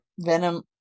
venom